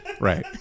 Right